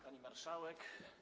Pani Marszałek!